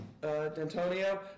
D'Antonio